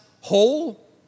whole